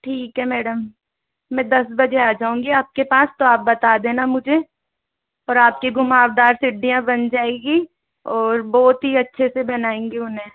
ठीक है मैडम मैं दस बजे आ जाऊँगी आपके पास तो आप बता देना मुझे और आपके घुमावदार सीढ़ियाँ बन जाएगी और बहुत ही अच्छे से बनाएंगे उन्हें